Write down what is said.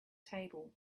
table